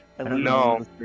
No